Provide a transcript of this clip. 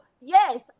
yes